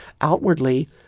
Outwardly